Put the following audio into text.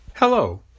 Hello